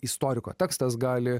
istoriko tekstas gali